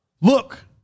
look